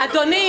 אדוני,